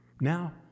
Now